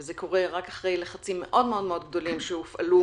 וזה קורה רק אחרי לחצים מאוד מאוד גדולים שהופעלו